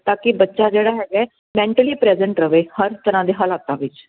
ਤਾਂ ਕੀ ਬੱਚਾ ਜਿਹੜਾ ਹੈਗਾ ਮੈਂਟਲੀ ਪ੍ਰੈਜੈਂਟ ਰਵੇ ਹਰ ਤਰ੍ਹਾਂ ਦੇ ਹਾਲਾਤਾਂ ਵਿੱਚ ਠੀਕ ਹ